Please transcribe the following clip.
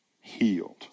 healed